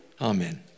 Amen